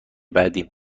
بعدیم